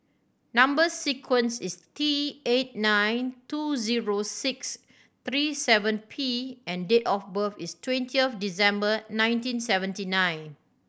number sequence is T eight nine two zero six three seven P and date of birth is twenty of December one thousand nine hundred and seventy nine